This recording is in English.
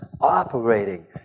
operating